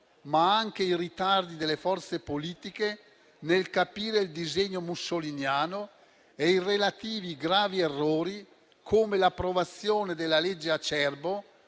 ma anche i ritardi delle forze politiche nel capire il disegno mussoliniano e i relativi gravi errori, come l'approvazione della legge Acerbo,